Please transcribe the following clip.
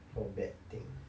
for bad things